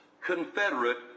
confederate